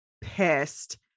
pissed